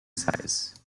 size